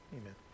amen